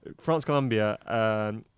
France-Colombia